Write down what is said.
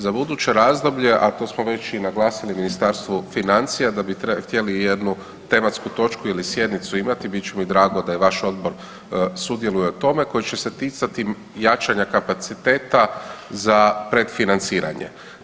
Za buduće razdoblje, a to smo već i naglasili Ministarstvu financija da bi htjeli jednu tematsku točku ili sjednicu imati, bit će mi drago da i vaš odbor sudjeluje u tome, koji će se ticati jačanje kapaciteta za predfinanciranje.